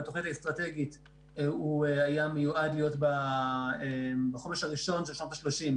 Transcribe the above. בתוכנית האסטרטגית הוא היה מיועד בחומש הראשון של שנות ה-30,